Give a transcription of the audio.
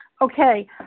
Okay